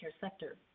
sector